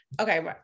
okay